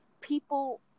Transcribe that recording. People